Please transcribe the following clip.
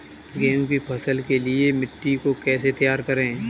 गेहूँ की फसल के लिए मिट्टी को कैसे तैयार करें?